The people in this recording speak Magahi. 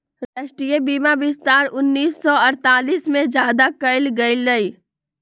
राष्ट्रीय बीमा विस्तार उन्नीस सौ अडतालीस में ज्यादा कइल गई लय